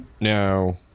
now